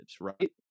right